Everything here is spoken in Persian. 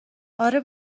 آره